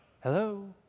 hello